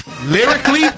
Lyrically